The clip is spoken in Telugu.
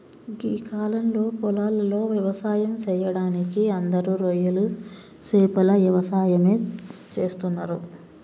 గీ కాలంలో పొలాలలో వ్యవసాయం సెయ్యడానికి అందరూ రొయ్యలు సేపల యవసాయమే చేస్తున్నరు